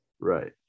Right